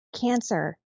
Cancer